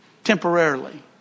temporarily